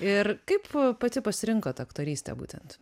ir kaip pati pasirinkot aktorystę būtent